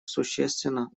существенно